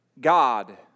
God